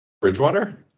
Bridgewater